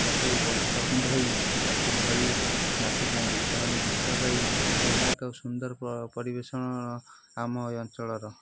ତାକୁ ବସ୍ତ୍ର ପିନ୍ଧେଇ ତାକୁ ଧରି ନାଚିଥାନ୍ତି ସେମାନେ ଗୀତ ଗାଇ ଏହା ଏକ ସୁନ୍ଦର ପରିବେଷଣ ଆମ ଏ ଅଞ୍ଚଳର